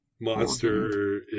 monster